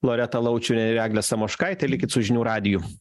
loreta laučiuvienė ir eglė samoškaitė likit su žinių radiju